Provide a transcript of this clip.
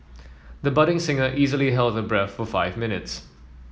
the budding singer easily held her breath for five minutes